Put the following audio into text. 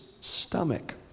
stomach